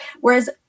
whereas